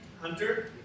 Hunter